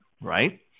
right